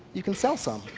you can sell some,